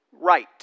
right